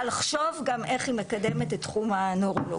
לחשוב גם איך היא מקדמת את תחום הנוירולוגיה.